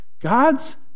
God's